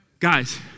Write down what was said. Guys